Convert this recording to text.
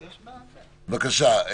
בבקשה,